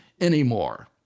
anymore